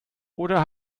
oder